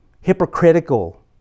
hypocritical